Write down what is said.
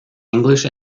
english